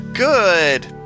Good